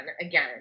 again